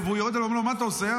הוא יורד ושואל: מה אתה עושה?